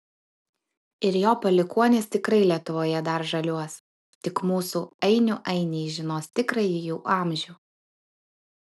ir jo palikuonys tikrai lietuvoje dar žaliuos tik mūsų ainių ainiai žinos tikrąjį jų amžių